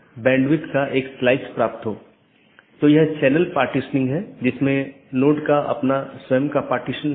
एक stub AS केवल स्थानीय ट्रैफ़िक ले जा सकता है क्योंकि यह AS के लिए एक कनेक्शन है लेकिन उस पार कोई अन्य AS नहीं है